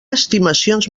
estimacions